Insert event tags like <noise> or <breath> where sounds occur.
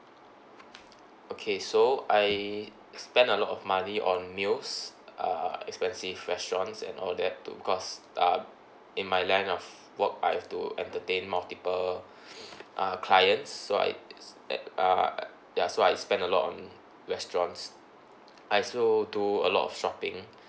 okay so I spend a lot of money on meals uh expensive restaurants and all that to because uh in my line of work I have to entertain multiple <breath> uh clients so I at uh ya so I spend a lot on restaurants I also do a lot of shopping